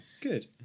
good